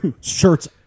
Shirts